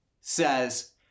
says